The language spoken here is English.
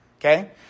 Okay